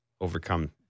overcome